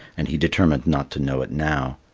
and he determined not to know it now.